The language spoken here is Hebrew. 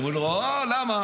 אומר לו: למה?